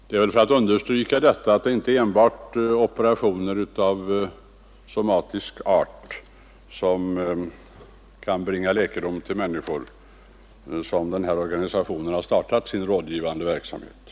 Det är väl för att understryka att det inte är enbart operationer av somatisk art som kan bringa läkedom till människor som den här organisationen har startat sin rådgivande verksamhet.